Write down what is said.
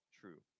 true